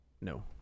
No